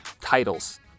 titles